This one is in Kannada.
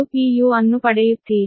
u ಅನ್ನು ಪಡೆಯುತ್ತೀರಿ